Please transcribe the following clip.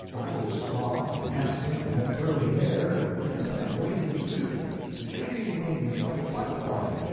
i was strong, and handsome, and had curly hair yes, and wings, too gay wings like a butterfly.